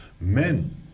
men